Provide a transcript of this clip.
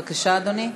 בבקשה, אדוני.